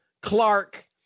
Clark